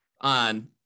on